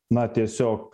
na tiesiog